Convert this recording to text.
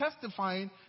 testifying